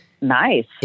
Nice